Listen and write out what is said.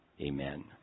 Amen